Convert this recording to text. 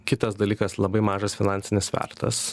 kitas dalykas labai mažas finansinis svertas